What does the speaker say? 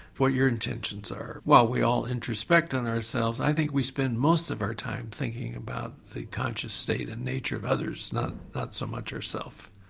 what your intentions are. while we all introspect on ourselves i think we spend most of our time thinking about the conscious state and nature of others and not so much ourself.